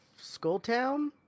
Skulltown